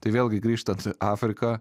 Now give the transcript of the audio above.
tai vėlgi grįžtant afrika